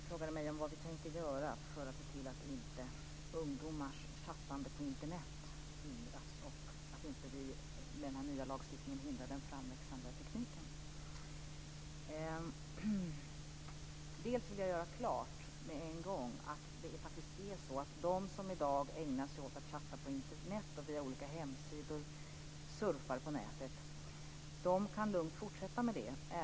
Fru talman! Tack för att jag fick tillfälle att tala om det.